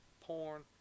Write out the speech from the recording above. porn